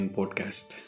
Podcast